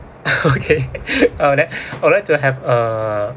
okay I would like I would like to have a